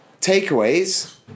Takeaways